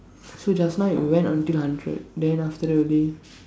so just now it went until hundred then after that only